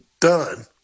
done